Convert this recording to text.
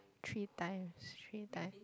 three times three times